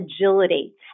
agility